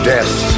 Death